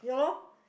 yeah lor